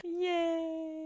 Yay